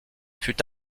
fut